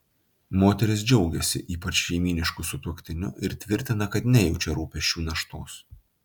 moteris džiaugiasi ypač šeimynišku sutuoktiniu ir tvirtina kad nejaučia rūpesčių naštos